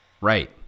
Right